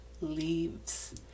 leaves